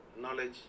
knowledge